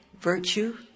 virtue